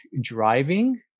driving